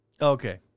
Okay